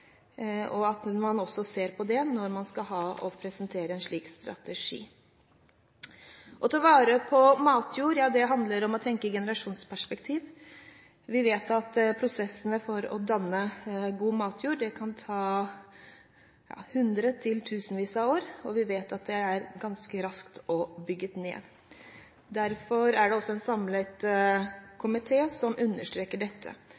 og at man også ser på det når man skal presentere en slik strategi. Å ta vare på matjord handler om å tenke i generasjonsperspektiv. Vi vet at prosessene for å danne god matjord kan ta hundre- til tusenvis av år, og vi vet at det er ganske raskt å bygge ned. Derfor er det også en samlet komité som understreker dette.